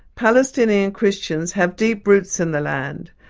palestinian christians have deep roots in the land.